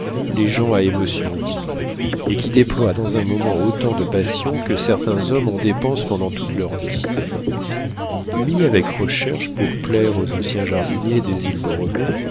les gens à émotions vives et qui déploient dans un moment autant de passion que certains hommes en dépensent pendant toute leur vie mis avec recherche pour plaire aux anciens jardiniers des